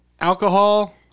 alcohol